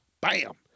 Bam